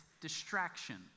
distraction